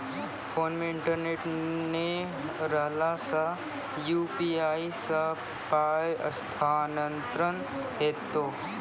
Phone मे internet नै रहला सॅ, यु.पी.आई सॅ पाय स्थानांतरण हेतै?